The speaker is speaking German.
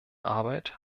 arbeit